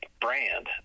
brand